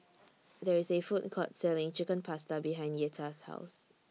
There IS A Food Court Selling Chicken Pasta behind Yetta's House